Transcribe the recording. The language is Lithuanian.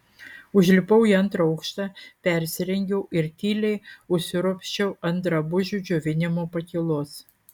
užlipau į antrą aukštą persirengiau ir tyliai užsiropščiau ant drabužių džiovinimo pakylos